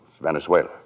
Venezuela